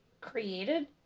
created